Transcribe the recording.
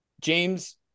James